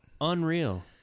unreal